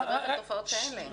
אני מדברת על תופעות כאלה.